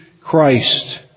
Christ